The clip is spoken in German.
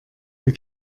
der